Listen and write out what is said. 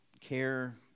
care